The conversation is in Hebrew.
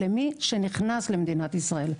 למי שנכנס למדינת ישראל.